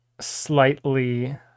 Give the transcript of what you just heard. slightly